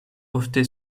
ofte